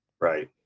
Right